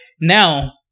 Now –